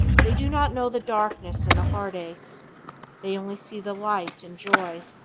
they do not know the darkness and the heartaches they only see the light and joy,